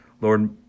Lord